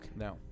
No